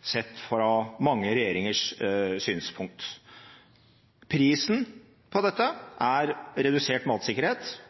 sett fra mange regjeringers synspunkt. Prisen for dette er redusert matsikkerhet